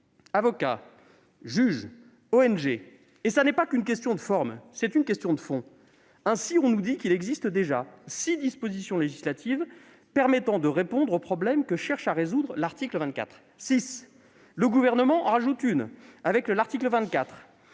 gouvernementales (ONG) -et ce n'est pas qu'une question de forme ; c'est une question de fond. Ainsi, on nous dit qu'il existe déjà six dispositions législatives permettant de répondre aux problèmes que cherche à résoudre l'article 24 ; six ! Le Gouvernement en ajoute une autre avec cet article et